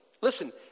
listen